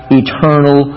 eternal